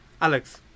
Alex